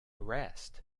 rest